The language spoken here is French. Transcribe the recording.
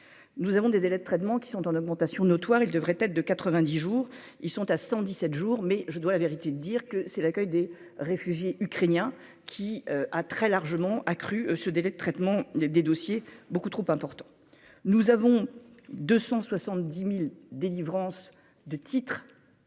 nous avons des délais de traitement qui sont en augmentation notoire, il devrait être de 90 jours ils sont à 117 jours mais je dois la vérité de dire que c'est l'accueil des réfugiés ukrainiens qui a très largement accru ce délai de traitement des dossiers beaucoup trop important, nous avons 270000 délivrance de titres.